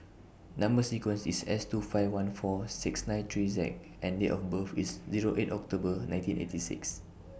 Number sequence IS S two five one four six nine three Z and Date of birth IS Zero eight October nineteen eighty six